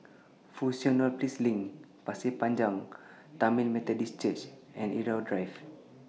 Fusionopolis LINK Pasir Panjang Tamil Methodist Church and Irau Drive